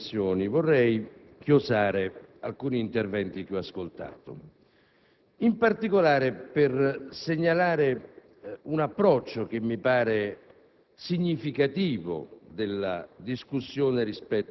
prima di sviluppare alcune riflessioni, vorrei chiosare alcuni interventi che ho ascoltato, in particolare per segnalare un approccio che mi pare